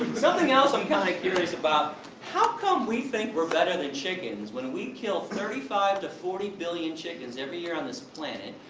something else i'm kinda curious about how come we think we're better than chickens, when we and kill thirty five to forty billion chickens every year on this planet?